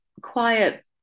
quiet